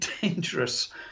dangerous